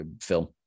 film